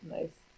Nice